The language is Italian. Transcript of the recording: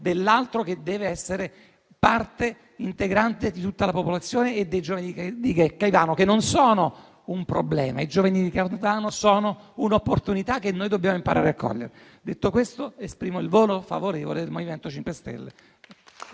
dell'altro che devono essere parte integrante di tutta la popolazione e dei giovani di Caivano che non sono un problema, sono un'opportunità che noi dobbiamo imparare a cogliere. Detto questo, esprimo il voto favorevole del MoVimento 5 Stelle.